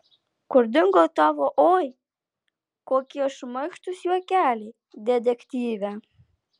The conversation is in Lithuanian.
kur dingo tavo oi kokie šmaikštūs juokeliai detektyve